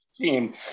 team